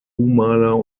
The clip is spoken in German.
maler